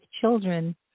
children